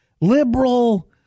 liberal